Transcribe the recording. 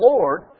Lord